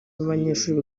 y’abanyeshuri